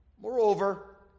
Moreover